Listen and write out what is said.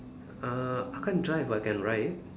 uh I can't drive I can ride